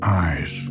eyes